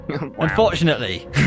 Unfortunately